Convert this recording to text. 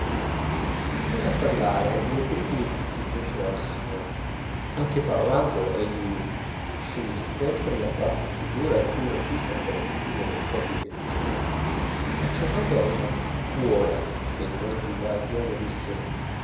venne a parlare delle critiche che si fecero all'assommoir anche parlando egli sceglie sempre la frase più dura e più recisa per esprimere il proprio pensiero accennando a una scuola che non gli va a genio disse